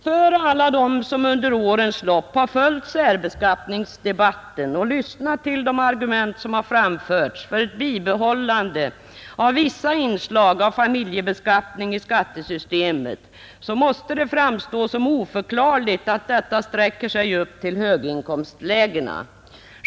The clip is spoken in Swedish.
För alla dem som under årens lopp följt särbeskattningsdebatten och lyssnat till de argument som framförts för ett bibehållande av vissa inslag av familjebeskattning i skattesystemet måste det framstå som oförklarligt att detta sträcker sig upp till höginkomstlägena.